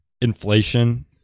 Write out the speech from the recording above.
inflation